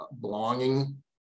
belonging